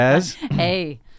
Hey